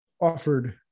offered